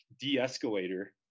de-escalator